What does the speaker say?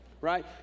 Right